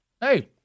Hey